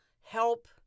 help